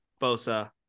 Bosa